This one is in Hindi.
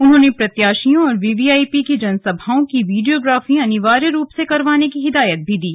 उन्होंने प्रत्याशियों और वीवीआईपी की जनसभाओं की वीडियोग्राफी अनिवार्य रूप से करवाने की हिदायत दी है